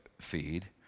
feed